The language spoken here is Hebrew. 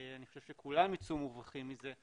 אני חושב שכולם ייצאו מרווחים מזה.